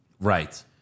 right